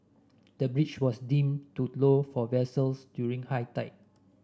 the bridge was deemed too low for vessels during high tide